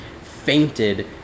fainted